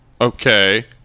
Okay